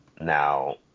Now